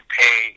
pay